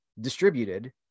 distributed